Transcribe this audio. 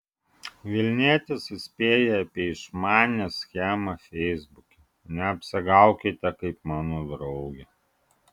vilnietis įspėja apie išmanią schemą feisbuke neapsigaukite kaip mano draugė